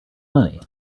money